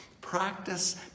Practice